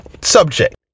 subject